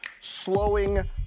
slowing